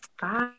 Bye